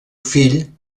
fill